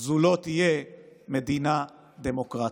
זו לא תהיה מדינה דמוקרטית.